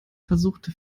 versuchte